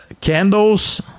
candles